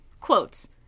quotes